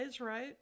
right